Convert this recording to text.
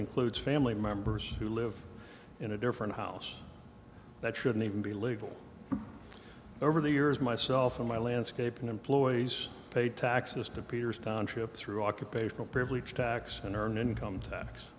includes family members who live in a different house that shouldn't even be legal over the years myself and my landscaping employees paid taxes to peter's township through occupational privilege tax and earned income tax